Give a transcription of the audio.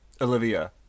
Olivia